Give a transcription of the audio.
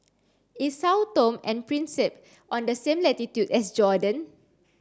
is Sao Tome and Principe on the same latitude as Jordan